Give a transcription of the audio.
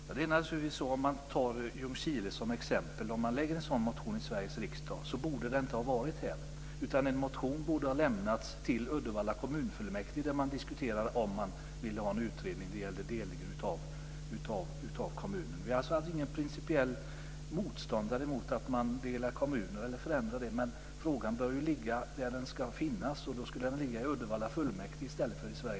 Fru talman! Man kan ta Ljungskile som exempel. Man borde inte väcka en motion om detta i Sveriges riksdag. En motion borde i stället ha väckts i Uddevalla kommunfullmäktige där man diskuterar om man vill ha en utredning om delning av kommunen. Vi är alltså inga principiella motståndare till att man delar kommuner eller gör förändringar. Men frågan bör ju tas upp där den hör hemma, nämligen i